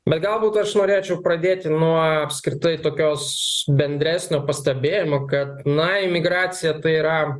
bet galbūt aš norėčiau pradėti nuo apskritai tokios bendresnio pastebėjimo kad na migracija tai yra